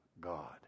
God